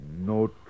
No